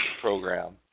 program